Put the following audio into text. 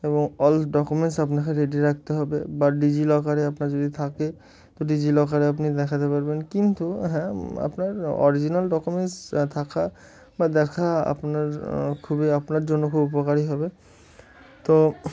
এবং all documents আপনাকে ready রাখতে হবে বা ডিজি লকারে আপনার যদি থাকে তো ডিজি লকারে আপনি দেখাতে পারবেন কিন্তু হ্যাঁ আপনার অরিজিনাল ডকুমেন্টস থাকা বা দেখা আপনার খুবই আপনার জন্য খুব উপকারী হবে তো